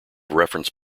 reference